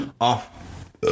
off